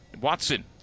Watson